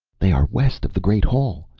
they are west of the great hall!